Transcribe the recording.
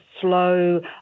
slow